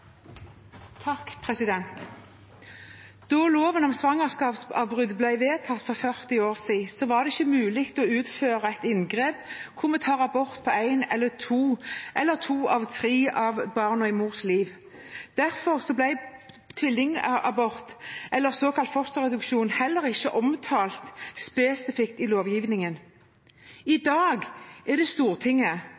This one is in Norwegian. Da loven om svangerskapsavbrudd ble vedtatt for 40 år siden, var det ikke mulig å utføre et inngrep hvor man tar abort på ett av to eller to av tre av barna i mors liv. Derfor ble tvillingabort eller såkalt fosterreduksjon heller ikke omtalt spesifikt i lovgivningen. I